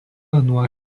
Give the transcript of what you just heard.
nuo